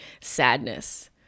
sadness